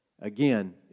Again